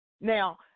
Now